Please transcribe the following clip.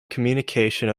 communication